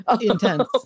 Intense